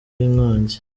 y’inkongi